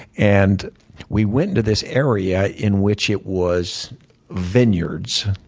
and we went into this area in which it was vineyards.